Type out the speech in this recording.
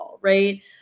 right